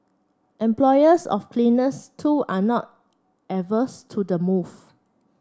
employers of cleaners too are not averse to the move